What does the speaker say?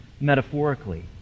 metaphorically